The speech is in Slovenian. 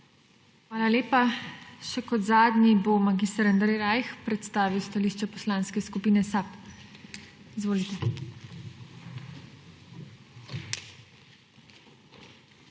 Hvala lepa. Še kot zadnji bo mag. Andrej Rajh predstavil stališče Poslanske skupine SAB. Izvolite.